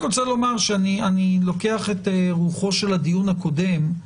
אני לוקח את רוחו של הדיון הקודם,